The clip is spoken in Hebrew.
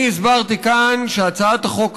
אני הסברתי כאן שהצעת החוק הזאת,